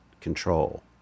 control